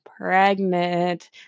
pregnant